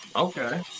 Okay